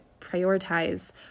prioritize